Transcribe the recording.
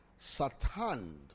sataned